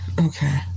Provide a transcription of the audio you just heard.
okay